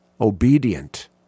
obedient